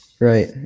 Right